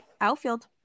Outfield